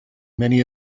many